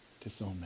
disownment